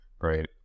right